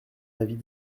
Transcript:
avis